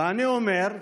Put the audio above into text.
ואני אומר: